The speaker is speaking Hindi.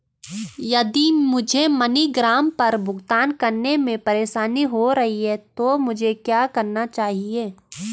यदि मुझे मनीग्राम पर भुगतान करने में परेशानी हो रही है तो मुझे क्या करना चाहिए?